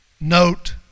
note